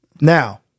Now